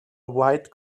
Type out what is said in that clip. white